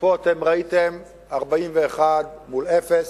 ופה ראיתם 41 מול אפס.